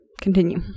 Continue